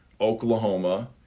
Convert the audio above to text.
Oklahoma